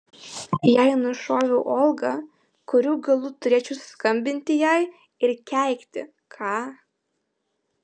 jei nušoviau olgą kurių galų turėčiau skambinti jai ir keikti ką